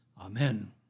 Amen